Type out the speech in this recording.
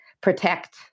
protect